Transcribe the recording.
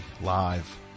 live